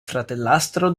fratellastro